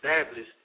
established